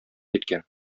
киткән